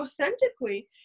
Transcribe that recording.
authentically